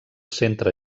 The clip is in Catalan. centre